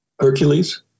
Hercules